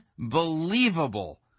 Unbelievable